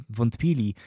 wątpili